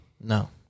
No